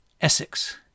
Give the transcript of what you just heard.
Essex